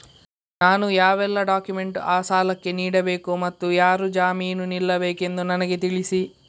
ನಾನು ಯಾವೆಲ್ಲ ಡಾಕ್ಯುಮೆಂಟ್ ಆ ಸಾಲಕ್ಕೆ ನೀಡಬೇಕು ಮತ್ತು ಯಾರು ಜಾಮೀನು ನಿಲ್ಲಬೇಕೆಂದು ನನಗೆ ತಿಳಿಸಿ?